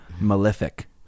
Malefic